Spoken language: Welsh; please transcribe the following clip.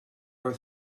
oedd